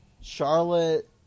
Charlotte